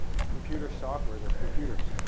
computer softwares or computers.